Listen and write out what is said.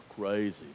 Crazy